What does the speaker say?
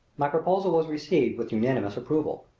my proposal was received with unanimous approval.